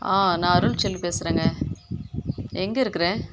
ஆ நான் அருள்செல்வி பேசுகிறேங்க எங்கே இருக்கிற